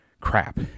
Crap